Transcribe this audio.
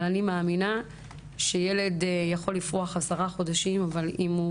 אבל אני מאמינה שילד יכול לפרוח עשרה חודשים ואם אין